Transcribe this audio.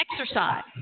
Exercise